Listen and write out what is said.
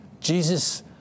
Jesus